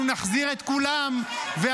אנחנו נחזיר את כולם -- זה מה שאתה עושה?